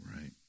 Right